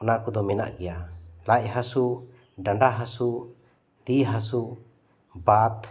ᱚᱱᱟ ᱠᱚᱫᱚ ᱢᱮᱱᱟᱜ ᱜᱮᱭᱟ ᱞᱟᱡ ᱦᱟᱹᱥᱩ ᱰᱟᱰᱟ ᱦᱟᱹᱥᱩ ᱛᱤ ᱦᱟᱹᱥᱩ ᱵᱟᱛ